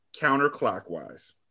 counterclockwise